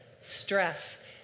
stress